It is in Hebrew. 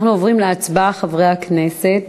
חברי הכנסת,